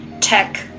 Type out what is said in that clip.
tech